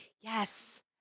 Yes